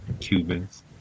Cubans